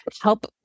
help